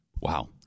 Wow